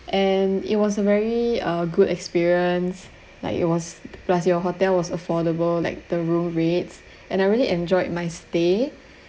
and it was a very uh good experience like it was plus your hotel was affordable like the room rates and I really enjoyed my stay